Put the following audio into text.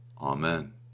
Amen